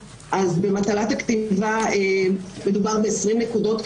שהיא 20 נקודות,